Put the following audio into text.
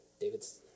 David's